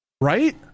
Right